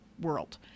world